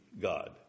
God